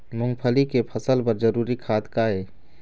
मूंगफली के फसल बर जरूरी खाद का ये?